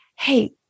hey